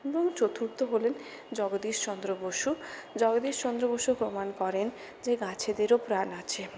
এবং চতুর্থ হলেন জগদীশ চন্দ্র বসু জগদীশ চন্দ্র বসু প্রমাণ করেন যে গাছেদেরও প্রাণ আছে